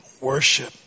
worship